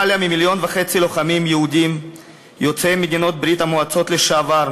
יותר ממיליון וחצי לוחמים יהודים יוצאי מדינות ברית-המועצות לשעבר,